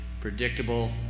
predictable